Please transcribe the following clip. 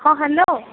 ହଁ ହ୍ୟାଲୋ